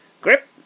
Grip